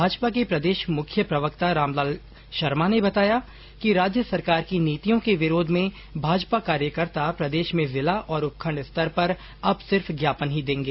भाजपा के प्रदेश मुख्य प्रवक्ता रामलाल शर्मा ने बताया कि राज्य सरकार की नीतियों के विरोध में भाजपा कार्यकर्ता प्रदेश में जिला और उपखण्ड स्तर पर अब सिर्फ ज्ञापन ही देंगे